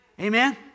Amen